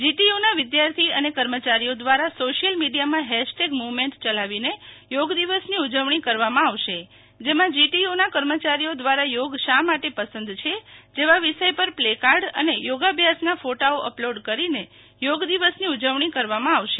GTU ના વિધાર્થી અને કર્મચારીઓ દ્રારા સોશિયલ મીડિથામાં હેશટેગ મુ વમેન્ટ ચલાવીને યોગ દિવસની ઉજવણી કરવામાં આવશે જેમાં જીટીયુ ના કર્મચારીઓ દ્રારા થોગ શા માટે પસંદ છે જેવા વિષય પર પ્લેકાર્ડ અને યોગાભ્યાસના ફોટાઓ અપલોડ કરીને યોગ દિવસની ઉજવણી કરવામાં આવશે